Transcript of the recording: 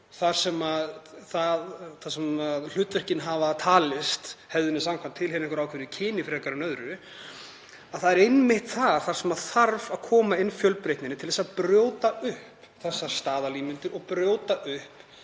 þar sem hlutverkin hafa talist hefðinni samkvæmt tilheyra einhverju kyni frekar en öðru, að það sé einmitt þar sem þarf að koma inn fjölbreytninni til að brjóta upp þessar staðalímyndir og brjóta upp